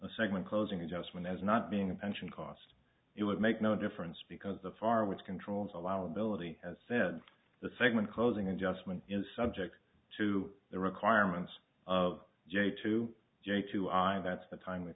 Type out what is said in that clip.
a segment closing adjustment as not being a pension cost it would make no difference because the farm which controls all our ability has said the segment closing adjustment is subject to the requirements of j two j two i that's the time w